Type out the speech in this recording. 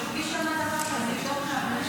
מתי בג"ץ כן התערב באיזה הסכם של שחרור חטופים או מלחמה,